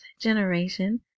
generation